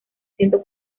siendo